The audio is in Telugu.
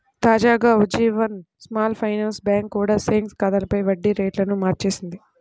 తాజాగా ఉజ్జీవన్ స్మాల్ ఫైనాన్స్ బ్యాంక్ కూడా సేవింగ్స్ ఖాతాలపై వడ్డీ రేట్లను మార్చేసింది